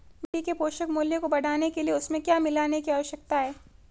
मिट्टी के पोषक मूल्य को बढ़ाने के लिए उसमें क्या मिलाने की आवश्यकता है?